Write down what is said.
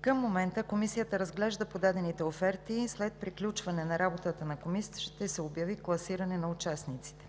Към момента комисията разглежда подадените оферти. След приключване на работата на комисията ще се обяви класиране на участниците.